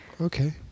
Okay